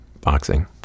boxing